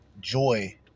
joy